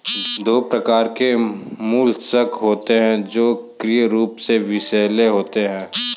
दो प्रकार के मोलस्क होते हैं जो सक्रिय रूप से विषैले होते हैं